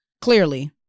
Clearly